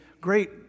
great